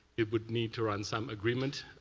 it would need to run some agreement,